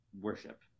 worship